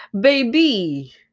Baby